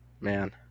Man